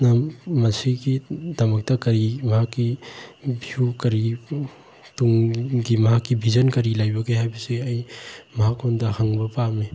ꯅ ꯃꯁꯤꯒꯤꯗꯃꯛꯇ ꯀꯔꯤ ꯃꯍꯥꯛꯀꯤ ꯚꯤꯌꯨ ꯀꯔꯤ ꯇꯨꯡꯒꯤ ꯃꯍꯥꯛꯀꯤ ꯕꯤꯖꯟ ꯀꯔꯤ ꯂꯩꯕꯒꯦ ꯍꯥꯏꯕꯁꯤ ꯑꯩ ꯃꯉꯣꯟꯗ ꯍꯪꯕ ꯄꯥꯝꯃꯤ